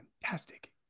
fantastic